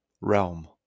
realm